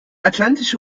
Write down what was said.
atlantische